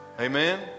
Amen